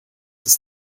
ist